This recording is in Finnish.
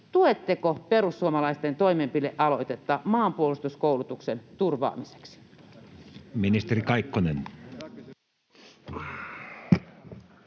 tuetteko perussuomalaisten toimenpidealoitetta maanpuolustuskoulutuksen turvaamiseksi? Ministeri Kaikkonen.